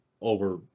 over